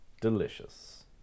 Delicious